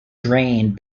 drained